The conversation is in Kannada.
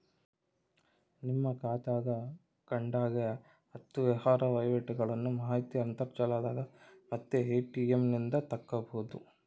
ನಿಮ್ಮ ಖಾತೆಗ ಕಡೆಗ ಹತ್ತು ವ್ಯವಹಾರ ವಹಿವಾಟುಗಳ್ನ ಮಾಹಿತಿ ಅಂತರ್ಜಾಲದಾಗ ಮತ್ತೆ ಎ.ಟಿ.ಎಂ ನಿಂದ ತಕ್ಕಬೊದು